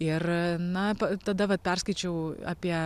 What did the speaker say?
ir na pa tada vat perskaičiau apie